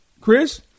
Chris